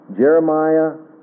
Jeremiah